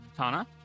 Tana